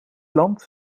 land